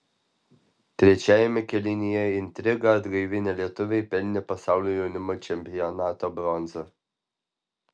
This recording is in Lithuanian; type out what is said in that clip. trečiajame kėlinyje intrigą atgaivinę lietuviai pelnė pasaulio jaunimo čempionato bronzą